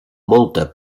molta